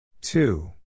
two